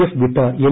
F വിട്ട് L